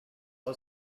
are